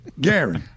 Gary